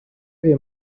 wie